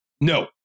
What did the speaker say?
No